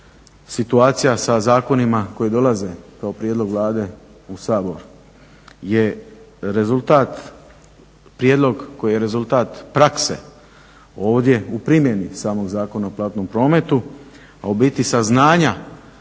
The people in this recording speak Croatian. situacija sa zakonima koji dolaze kao prijedlog Vlade u Sabor je prijedlog koji je rezultat prakse ovdje u primjeni samog Zakona o platnom prometu, a u biti saznanja